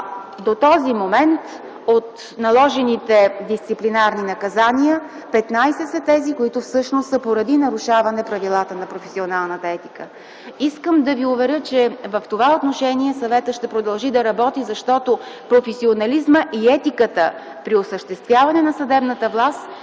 До този момент от наложените дисциплинарни наказания 15 са поради нарушаване правилата на професионалната етика. Искам да ви уверя, че в това отношение Съветът ще продължи да работи, защото професионализмът и етиката при осъществяването на съдебната власт